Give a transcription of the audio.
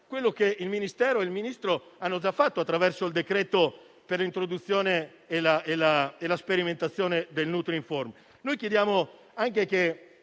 quello che il Ministero ed il Ministro hanno già fatto attraverso il decreto per l'introduzione e la sperimentazione del nutrinform.